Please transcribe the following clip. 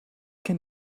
can